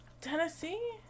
Tennessee